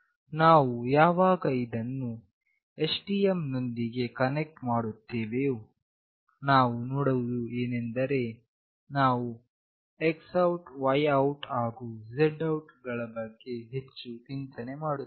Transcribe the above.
ನಾವು ಯಾವಾಗ ಇದನ್ನು STM ನೊಂದಿಗೆ ಕನೆಕ್ಟ್ ಮಾಡುತ್ತೇವೆಯೋ ನಾವು ನೋಡುವುದು ಏನೆಂದರೆ ನಾವು X OUT Y OUT ಹಾಗು Z OUT ಬಗ್ಗೆ ಹೆಚ್ಚು ಚಿಂತನೆ ಮಾಡುತ್ತೇವೆ